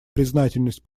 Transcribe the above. признательность